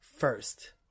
First